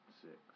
six